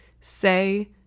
Say